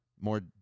More